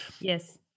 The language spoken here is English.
yes